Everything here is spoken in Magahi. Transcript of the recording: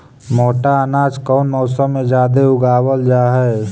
मोटा अनाज कौन मौसम में जादे उगावल जा हई?